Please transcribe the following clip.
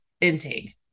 intake